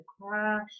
crash